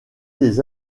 des